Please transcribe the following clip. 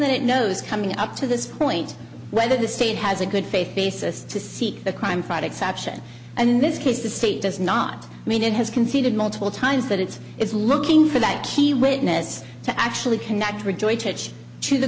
that it knows coming up to this point whether the state has a good faith basis to seek the crime friday exception and in this case the state does not mean it has conceded multiple times that it's it's looking for that he witnessed to actually connect rejoice